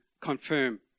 confirm